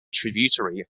tributary